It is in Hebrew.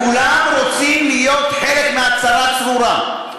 כולם רוצים להיות חלק מהצרה צרורה,